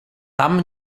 tam